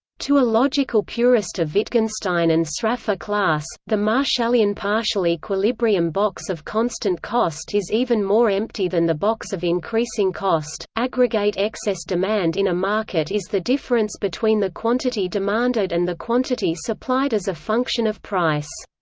to a logical purist of wittgenstein and sraffa class, the marshallian partial equilibrium box of constant cost is even more empty than the box of increasing cost aggregate excess demand in a market is the difference between the quantity demanded and the quantity supplied as a function of price.